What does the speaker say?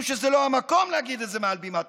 שזה לא המקום להגיד את זה מעל בימת הכנסת.